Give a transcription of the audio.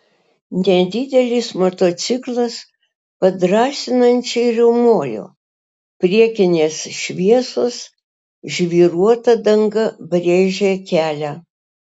nedidelis motociklas padrąsinančiai riaumojo priekinės šviesos žvyruota danga brėžė kelią